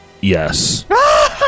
Yes